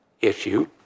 issue